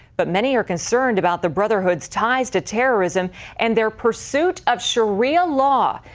but many are concerned about the brotherhood's ties to terrorism and their pursuit of sharia law.